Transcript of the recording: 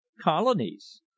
colonies